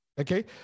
Okay